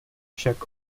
však